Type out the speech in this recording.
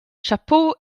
chapeau